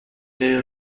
they